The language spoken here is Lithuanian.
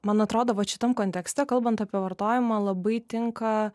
man atrodo vat šitam kontekste kalbant apie vartojimą labai tinka